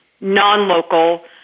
non-local